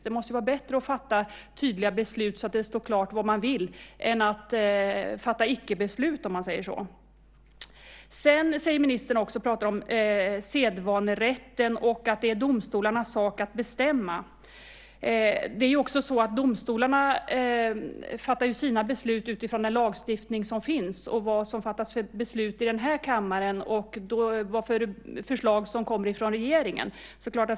Det måste ju vara bättre att fatta tydliga beslut så att det står klart vad man vill än att fatta icke-beslut, om man säger så. Sedan pratar ministern också om sedvanerätten och att det är domstolarnas sak att bestämma. Domstolarna fattar ju sina beslut utifrån den lagstiftning som finns, vilka beslut som fattas i den här kammaren och vilka förslag som kommer från regeringen.